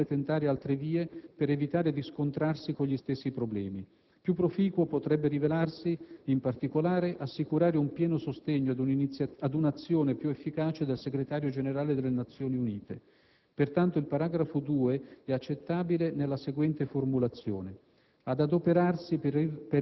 In questa fase, è preferibile tentare altre vie, per evitare di scontrarsi con gli stessi problemi. Più proficuo potrebbe rivelarsi, in particolare, assicurare un pieno sostegno ad un'azione più efficace del Segretario Generale delle Nazioni Unite. Pertanto, il paragrafo 2 è accettabile nella seguente riformulazione: